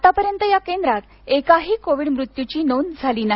आतापर्यंत या केंद्रात एकाही कोविड मृत्युची नोंद झाली नाही